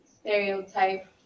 stereotype